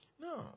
No